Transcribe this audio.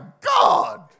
God